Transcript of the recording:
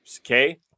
okay